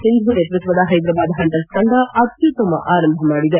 ಸಿಂಧು ನೇತೃತ್ವದ ಹೈದರಾಬಾದ್ ಪಂಟರ್ಸ್ ತಂಡ ಅತ್ಯುತ್ತಮ ಆರಂಭ ಪಡೆದಿದೆ